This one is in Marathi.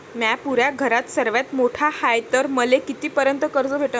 म्या पुऱ्या घरात सर्वांत मोठा हाय तर मले किती पर्यंत कर्ज भेटन?